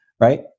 right